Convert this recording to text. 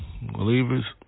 Believers